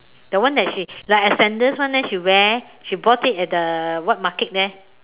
that one that she like a scandals one eh she wear she bought it at the wet market there